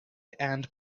and